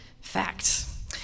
facts